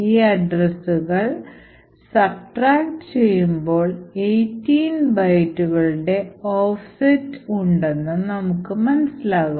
ഈ അഡ്രസുകൾ subtract ചെയ്യുമ്പോൾ 18 ബൈറ്റുകളുടെ ഓഫ്സെറ്റ് ഉണ്ടെന്ന് മനസ്സിലാകും